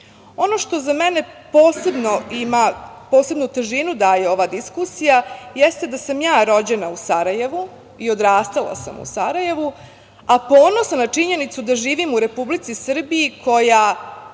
posebno ima, posebnu težinu daje ova diskusija, jeste da sam ja rođena u Sarajevu i odrastala sam u Sarajevu, a ponosna na činjenicu da živim u Republici Srbiji koja